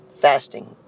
fasting